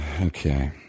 okay